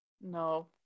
No